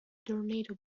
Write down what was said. tornado